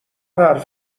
حرف